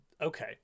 okay